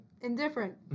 Indifferent